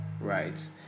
right